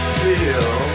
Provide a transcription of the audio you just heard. feel